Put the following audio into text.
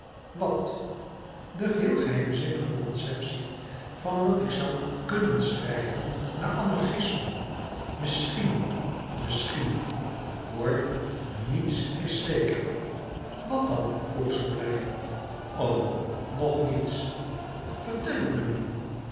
wat de heel geheimzinnige conceptie van wat ik zoû kùnnen schrijven na anarchisme misschien misschien hoor niets is zeker wat dan vroeg ze blij o nog niets vertel het me nu